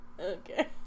Okay